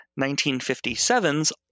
1957's